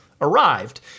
arrived